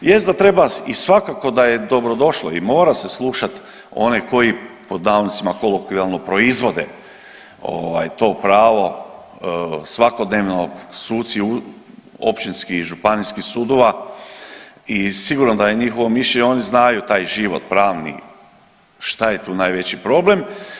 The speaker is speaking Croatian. Jest da treba i svakako da je dobrodošlo i mora se slušat onaj koji „kolokvijalno proizvode“ to pravo svakodnevno, suci općinskih i županijskih sudova i sigurno da je njihovo mišljenje, oni znaju taj život pravni šta je tu najveći problem.